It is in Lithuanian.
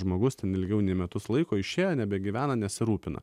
žmogus ten ilgiau nei metus laiko išėjo nebegyvena nesirūpina